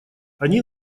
они